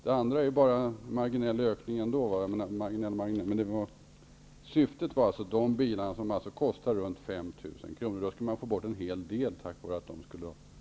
Den ökning av bilskrotningen som skett är bara marginell. Syftet med motionen är alltså att bilar som kostar runt 5 000 kronor skulle lämnas till skrotning. Man skulle få bort en hel del miljöstörande fordon i och med att ägarna förstår budskapet.